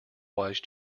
wise